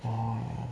oh